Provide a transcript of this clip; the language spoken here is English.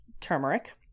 turmeric